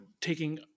taking